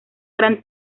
gran